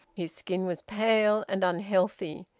his skin was pale and unhealthy.